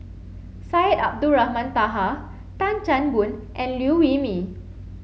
Syed Abdulrahman Taha Tan Chan Boon and Liew Wee Mee